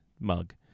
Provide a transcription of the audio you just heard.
mug